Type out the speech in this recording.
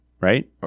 right